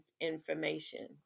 information